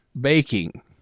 baking